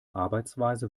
arbeitsweise